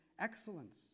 excellence